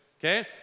Okay